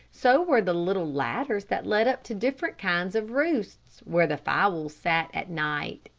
so were the little ladders that led up to different kinds of roosts, where the fowls sat at night.